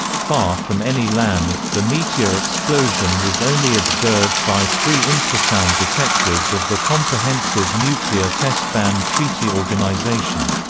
far from any land, the meteor explosion was only observed by three infrasound detectors of the comprehensive nuclear-test-ban treaty organization.